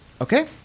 Okay